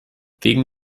wegen